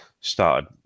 started